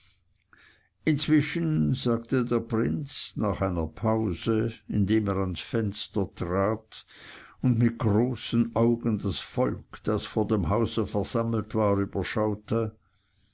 inzwischen sagte der prinz nach einer pause indem er ans fenster trat und mit großen augen das volk das vor dem hause versammelt war